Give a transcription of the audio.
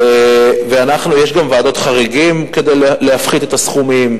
יש גם ועדות חריגים כדי להפחית את הסכומים.